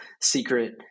Secret